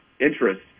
interest